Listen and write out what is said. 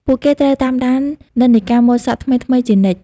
ពួកគេត្រូវតាមដាននិន្នាការម៉ូដសក់ថ្មីៗជានិច្ច។